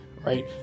right